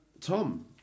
Tom